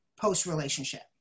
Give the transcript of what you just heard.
post-relationship